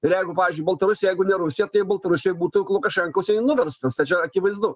ir jeigu pavyzdžiui baltarusija jeigu ne rusija tai baltarusijoj būtų lukašenkos nuverstas tai čia akivaizdu